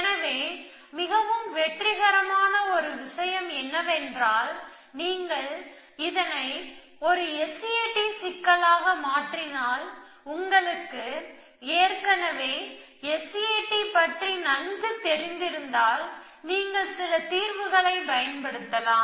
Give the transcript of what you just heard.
எனவே மிகவும் வெற்றிகரமான ஒரு விஷயம் என்னவென்றால் நீங்கள் இதனை ஒரு S A T சிக்கலாக மாற்றினால் உங்களுக்கு ஏற்கனவே S A T பற்றி நன்கு தெரிந்திருந்தால் நீங்கள் சில தீர்வுகளைப் பயன்படுத்தலாம்